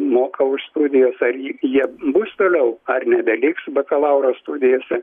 moka už studijas ar jie bus toliau ar nebeliks bakalauro studijose